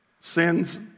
Sins